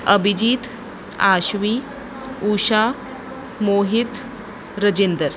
Abhijit Aashvi Usha Mohit Rajinder